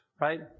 Right